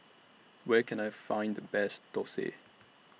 Where Can I Find The Best Thosai